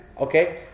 Okay